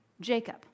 Jacob